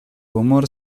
humor